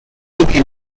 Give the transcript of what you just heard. entire